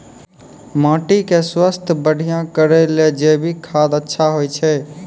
माटी के स्वास्थ्य बढ़िया करै ले जैविक खाद अच्छा होय छै?